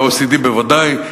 ב-OECD בוודאי,